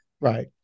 Right